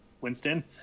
winston